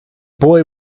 boy